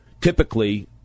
typically